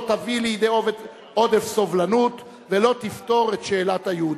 תביא לידי עודף סובלנות ולא תפתור את שאלת היהודים.